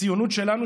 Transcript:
הציונות שלנו,